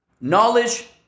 Knowledge